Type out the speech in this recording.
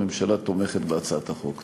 הממשלה תומכת בהצעת החוק.